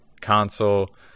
console